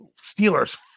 Steelers